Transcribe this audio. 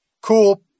cool